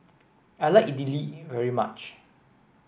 I like Idili very much